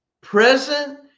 present